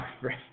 right